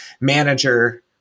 manager